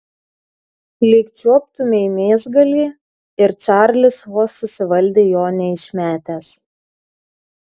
lyg čiuoptumei mėsgalį ir čarlis vos susivaldė jo neišmetęs